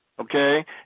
okay